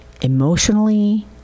emotionally